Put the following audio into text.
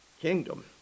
kingdom